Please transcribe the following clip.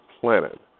planet